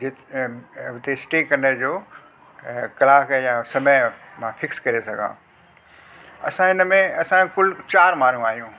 जित उते स्टे कंदे जो कलाक जा समय मां फिक्स करे सघां असां हिन में असां कुल चारि माण्हू आयूं